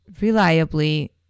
reliably